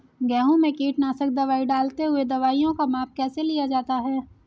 गेहूँ में कीटनाशक दवाई डालते हुऐ दवाईयों का माप कैसे लिया जाता है?